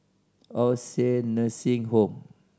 All Saint Nursing Home